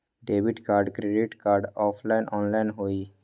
Debit card credit card offline online होई?